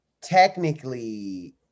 technically